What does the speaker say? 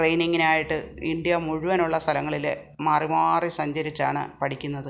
ട്രയിനിങ്ങിനായിട്ട് India മുഴുവനുള്ള സ്ഥലങ്ങളിൽ മാറി മാറി സഞ്ചരിച്ചാണ് പഠിക്കുന്നത്